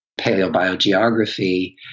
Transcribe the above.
paleobiogeography